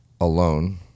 alone